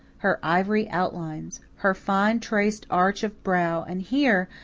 her ivory outlines, her fine-traced arch of brow and here,